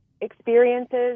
experiences